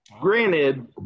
Granted